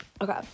Okay